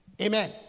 Amen